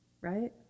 right